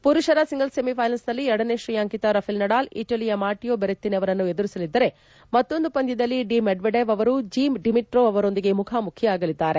ಪುರುಷರ ಸಿಂಗಲ್ಲ್ ಸೆಮಿಫೈನಲ್ಸ್ನಲ್ಲಿ ಎರಡನೇ ಶ್ರೇಯಾಂಕಿತ ರಫೆಲ್ ನಡಾಲ್ ಇಟಲಿಯ ಮಾಟಿಯೋ ಬೆರೆತ್ತಿನಿ ಅವರನ್ನು ಎದುರಿಸಲಿದ್ದರೆ ಮತ್ತೊಂದು ಪಂದ್ಯದಲ್ಲಿ ಡಿ ಮೆಡ್ವೆಡೇವ್ ಅವರು ಜಿ ಡಿಮಿಟ್ರೋವ್ ಅವರೊಂದಿಗೆ ಮುಖಾಮುಖಿಯಾಗಲಿದ್ದಾರೆ